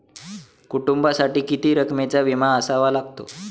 कुटुंबासाठी किती रकमेचा विमा असावा लागतो?